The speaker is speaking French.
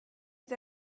est